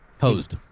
Hosed